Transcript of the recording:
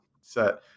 set